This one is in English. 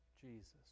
Jesus